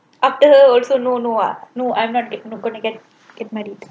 after her also no no uh no I'm not gonna get married